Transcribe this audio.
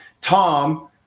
Tom